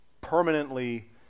permanently